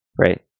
Right